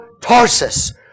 Tarsus